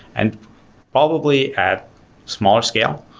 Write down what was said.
and probably at smaller scale,